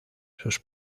sus